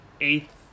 eighth